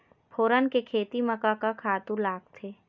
फोरन के खेती म का का खातू लागथे?